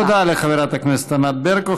תודה לחברת הכנסת ענת ברקו.